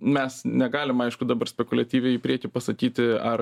mes negalim aišku dabar spekuliatyviai į priekį pasakyti ar